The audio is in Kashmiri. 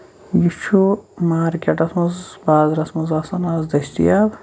یہِ چھُ مارکیٹس منٛز بازرَس منٛز آسان آز دٔستِیاب